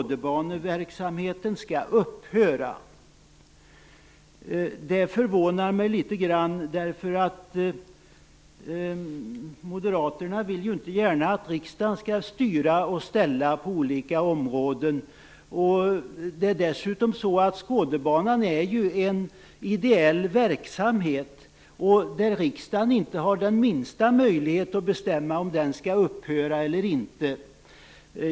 Det förvånar mig något, eftersom moderaterna ju inte gärna vill att riksdagen skall styra och ställa på olika områden. Dessutom är Skådebanan en ideell verksamhet, så riksdagen har inte den minsta möjlighet att bestämma om den skall upphöra eller inte.